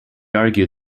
argued